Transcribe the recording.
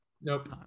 Nope